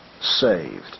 saved